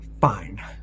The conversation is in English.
fine